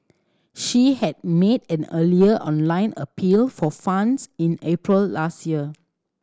she had made an earlier online appeal for funds in April last year